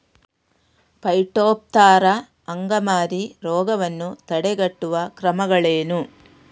Phytophthora ಅಂಗಮಾರಿ ರೋಗವನ್ನು ತಡೆಗಟ್ಟುವ ಕ್ರಮಗಳೇನು?